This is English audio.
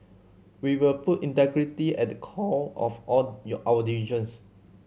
we will put integrity at the core of all your our decisions